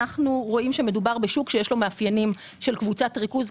אנחנו רואים שמדובר בשוק שיש לו מאפיינים של קבוצת ריכוז,